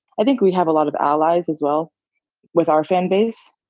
i think we have a lot of allies as well with our fan base,